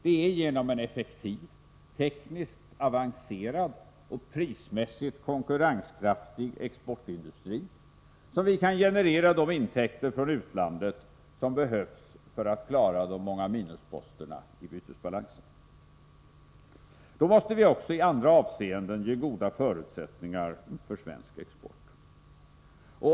Det är genom en effektiv, tekniskt avancerad och prismässigt konkurrenskraftig exportindustri som vi kan generera de intäkter från utlandet som behövs för att klara de många minusposterna i bytesbalansen. Då måste vi också i andra avseenden ge goda förutsättningar för svensk export.